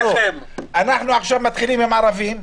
אנחנו עכשיו מתחילים עם ערבים,